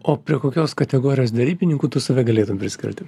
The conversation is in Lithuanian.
o prie kokios kategorijos derybininkų tu save galėtum priskirti